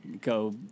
go